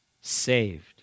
saved